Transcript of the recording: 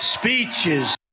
speeches